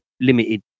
limited